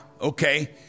okay